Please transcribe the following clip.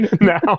now